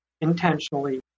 intentionally